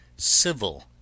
civil